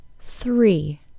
three